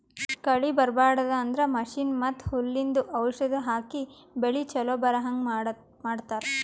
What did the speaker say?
ಕಳಿ ಬರ್ಬಾಡದು ಅಂದ್ರ ಮಷೀನ್ ಮತ್ತ್ ಹುಲ್ಲಿಂದು ಔಷಧ್ ಹಾಕಿ ಬೆಳಿ ಚೊಲೋ ಬರಹಂಗ್ ಮಾಡತ್ತರ್